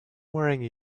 wearing